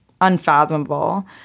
unfathomable